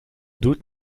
doute